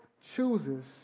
chooses